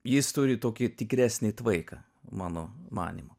jis turi tokį tikresnį tvaiką mano manymu